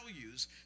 values